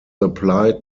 applied